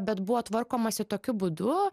bet buvo tvarkomasi tokiu būdu